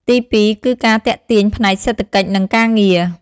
ទីពីរគឺការទាក់ទាញផ្នែកសេដ្ឋកិច្ចនិងការងារ។